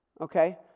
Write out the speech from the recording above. okay